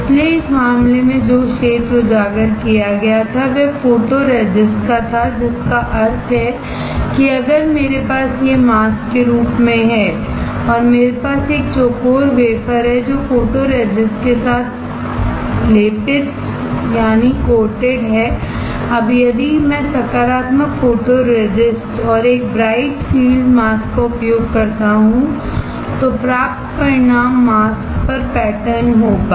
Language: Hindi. इसलिए इस मामले में जो क्षेत्र एक्सपोज किया गया था वह फोटोरेसिस्ट का था जिसका अर्थ है कि अगर मेरे पास यह मास्क के रूप में है और मेरे पास एक चौकोर वेफर है जो फोटोरेसिस्ट के साथ लेपित है अब यदि मैं सकारात्मक फोटोरेसिस्ट और एक ब्राइट फ़ील्ड मास्क का उपयोग करता हूं तो प्राप्त परिणाम मास्क पर पैटर्न होगा